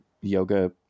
yoga